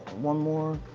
one more.